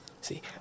See